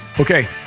Okay